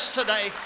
today